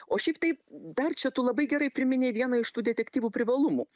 o šiaip tai dar čia tu labai gerai priminei vieną iš tų detektyvų privalumų